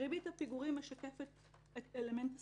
ריבית הפיגורים משקפת את אלמנט הסיכון.